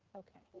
okay,